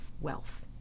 wealth